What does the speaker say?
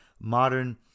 modern